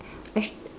veg~